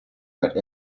but